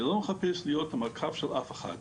אני לא מחפש להיות המקף של אף אחד,